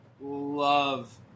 love